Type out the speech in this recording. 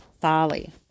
folly